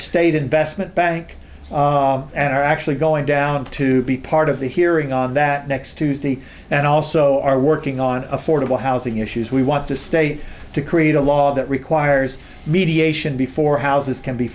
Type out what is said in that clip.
state investment bank and are actually going down to be part of the hearing on that next tuesday and also are working on affordable housing issues we want to state to create a law that requires mediation before houses can be